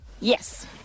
Yes